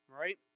right